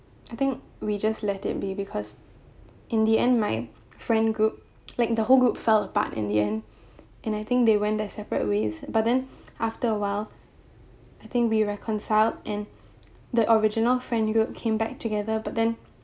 I think we just let it be because in the end my friend group like the whole group fell apart in the end and I think they went their separate ways but then after awhile I think we reconciled and the original friend group came back together but then